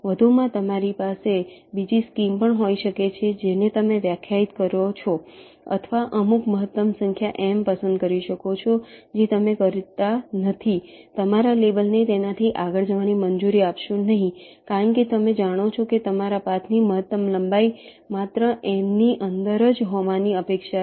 વધુમાં તમારી પાસે બીજી સ્કીમ પણ હોઈ શકે છે જેને તમે વ્યાખ્યાયિત કરો છો અથવા અમુક મહત્તમ સંખ્યા m પસંદ કરી શકો છો જે તમે નથી કરતા તમારા લેબલને તેનાથી આગળ જવાની મંજૂરી આપશો નહીં કારણ કે તમે જાણો છો કે તમારા પાથની મહત્તમ લંબાઈ માત્ર m ની અંદર જ હોવાની અપેક્ષા છે